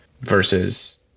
versus